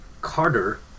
Carter